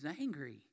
angry